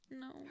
No